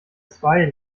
zwei